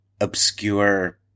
obscure